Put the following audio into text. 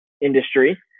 industry